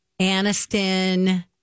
Aniston